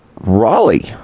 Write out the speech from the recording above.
Raleigh